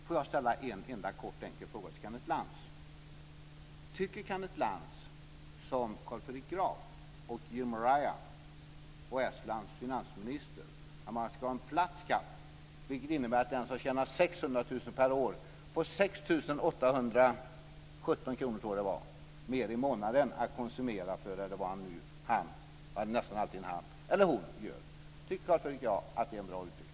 Får jag ställa en enda enkel fråga till Kenneth Lantz: Tycker Kenneth Lantz som Carl Fredrik Graf och Estlands finansminister att man ska ha en platt skatt, vilket innebär att den som tjänar 600 000 kr per år får 6 817 kr mer i månaden att konsumera för än vad han eller hon nu får? Är det en bra utveckling?